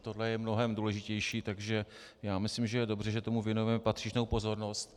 Tohle je mnohem důležitější, takže já myslím, že je dobře, že tomu věnujeme patřičnou pozornost.